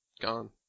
gone